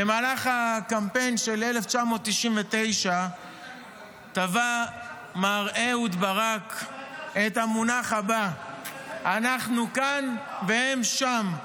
במהלך הקמפיין של 1999 טבע מר אהוד ברק את המונח הבא: אנחנו כאן והם שם.